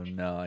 no